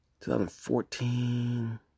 2014